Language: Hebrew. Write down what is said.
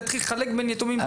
להתחיל לחלק בין יתומים?